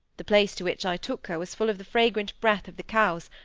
the place to which i took her was full of the fragrant breath of the cows,